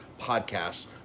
podcasts